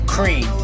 Cream